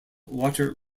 water